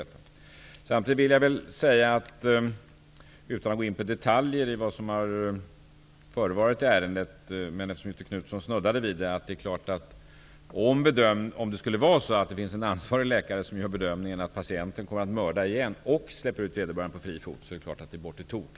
Jag vill samtidigt utan att gå in på detaljer i vad som förevarit i ärendet, men eftersom Göthe Knutson snuddade vid frågan, säga att om en ansvarig läkare gör den bedömningen att patienten kommer att mörda igen och släpper ut vederbörande på fri fot, är det självfallet på tok.